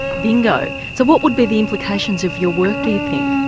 bingo. so what would be the implications of your work do you think?